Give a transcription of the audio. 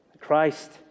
Christ